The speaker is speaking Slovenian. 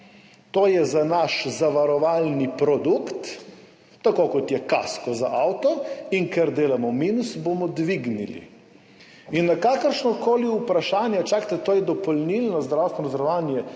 to je za naš zavarovalni produkt, tako kot je kasko za avto, in ker delamo minus, bomo dvignili. In na kakršnokoli vprašanje, čakajte, to je dopolnilno zdravstveno zavarovanje,